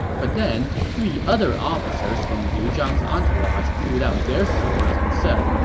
but then three other officers from liu zhang's entourage pulled out their swords and said,